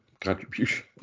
contribution